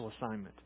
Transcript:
assignment